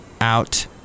Out